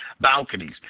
balconies